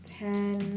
ten